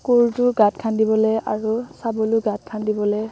কোৰটো গাঁত খান্দিবলৈ আৰু চাবুলটো গাঁত খান্দিবলৈ